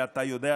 ואתה יודע,